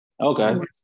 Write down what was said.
Okay